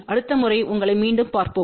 அடுத்த முறை உங்களை மீண்டும் பார்ப்போம்